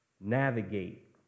navigate